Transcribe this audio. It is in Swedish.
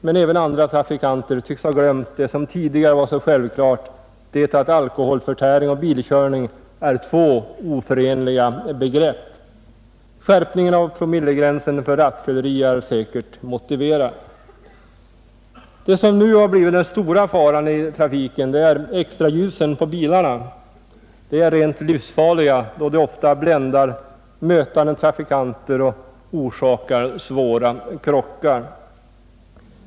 Men även andra trafikanter tycks ha glömt det som tidigare var så självklart, att alkoholförtäring och bilkörning är två oförenliga begrepp. Skärpningen av promillegränsen för rattfylleri är säkert motiverad. Det som nu har blivit den stora faran i trafiken är extraljusen på bilarna. De är rent livsfarliga, då de ofta bländar mötande trafikanter och orsakar svåra krockar.